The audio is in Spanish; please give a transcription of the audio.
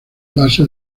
base